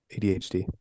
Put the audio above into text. ADHD